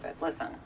Listen